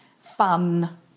fun